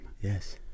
yes